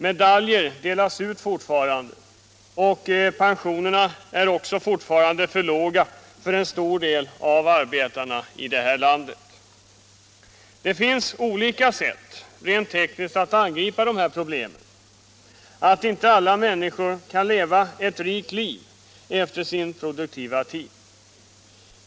Medaljer delas fortfarande ut, och pensionerna är också fortfarande för låga för en stor del av arbetarna i det här landet. Det finns olika sätt rent tekniskt att angripa detta problem att inte alla människor kan leva ett ”rikt” liv efter sin produktiva tid.